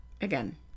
Again